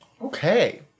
Okay